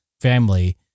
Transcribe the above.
family